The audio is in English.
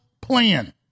plan